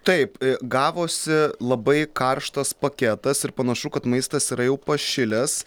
taip gavosi labai karštas paketas ir panašu kad maistas yra jau pašilęs